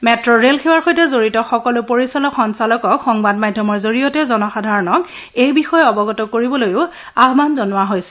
মেট্' ৰে'লসেৱাৰ সৈতে জড়িত সকলো পৰিচালক সঞ্চালকক সংবাদ মাধ্যমৰ জৰিয়তে জনসাধাৰণক এই বিষয়ে অৱগত কৰাবলৈও আহান জনোৱা হৈছে